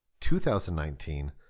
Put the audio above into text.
2019